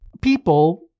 people